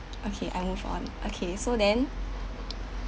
okay I move on okay so then